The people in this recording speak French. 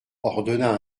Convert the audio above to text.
ordonna